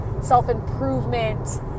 self-improvement